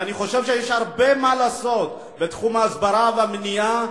ואני חושב שיש הרבה מה לעשות בתחום ההסברה והמניעה.